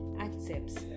accepts